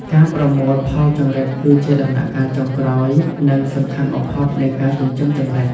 ការប្រមូលផលចង្រិត គឺជាដំណាក់កាលចុងក្រោយ និងសំខាន់បំផុតនៃការចិញ្ចឹមចង្រិត។